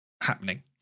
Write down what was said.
happening